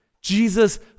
Jesus